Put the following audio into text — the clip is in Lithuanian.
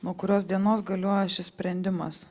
nuo kurios dienos galioja šis sprendimas